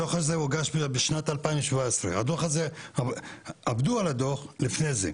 הדוח הזה הוגש בשנת 2017, עבדו על הדוח לפני זה.